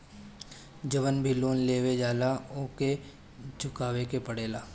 जवन भी लोन लेवल जाला उके चुकावे के पड़ेला